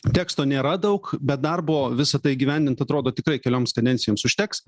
teksto nėra daug bet darbo visa tai įgyvendint atrodo tikrai kelioms kadencijoms užteks